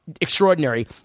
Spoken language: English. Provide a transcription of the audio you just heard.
extraordinary